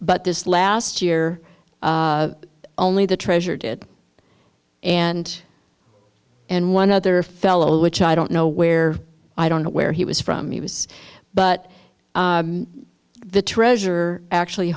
but this last year only the treasurer did and and one other fella which i don't know where i don't know where he was from he was but the treasurer actually